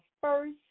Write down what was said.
first